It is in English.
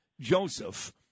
Joseph